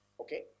okay